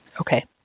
Okay